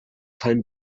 time